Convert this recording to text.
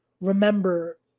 remember